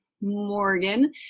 Morgan